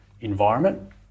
environment